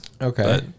Okay